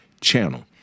channel